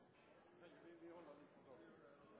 men det er